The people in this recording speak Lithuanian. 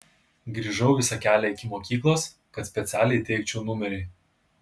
grįžau visą kelią iki mokyklos kad specialiai įteikčiau numerį